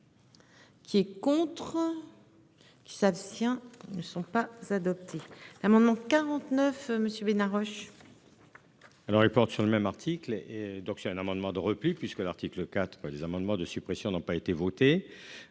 Qui est contre. Qui s'abstient ne sont pas adopté l'amendement 49 monsieur Bena Roche. Alors porte sur le même article, et donc c'est un amendement de repli puisque l'article 4 et des amendements de suppression n'ont pas été voté